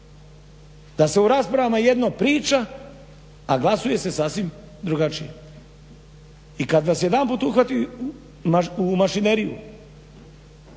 da se u raspravama jedno priča, a glasuje se sasvim drugačije. I kad vas jedanput uhvati u mašineriju